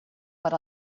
per